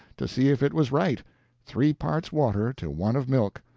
to see if it was right three parts water to one of milk,